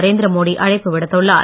நரேந்திர மோடி அழைப்பு விடுத்துள்ளார்